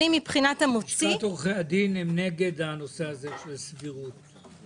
לשכת עורכי הדין נגד הנושא הזה של סבירות.